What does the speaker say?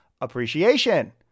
appreciation